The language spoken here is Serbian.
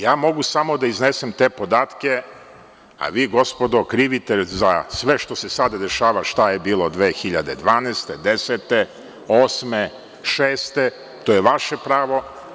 Ja mogu samo da iznesem te podatke, a vi, gospodo, krivite za sve što se sada dešava šta je bilo 2012, 2010, 2008, 2006. godine, to je vaše pravo.